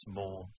more